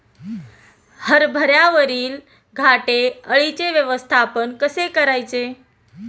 हरभऱ्यावरील घाटे अळीचे व्यवस्थापन कसे करायचे?